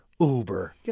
Uber